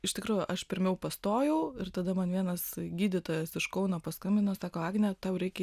iš tikrųjų aš pirmiau pastojau ir tada man vienas gydytojas iš kauno paskambino sako agne tau reikia